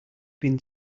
been